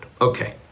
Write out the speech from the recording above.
Okay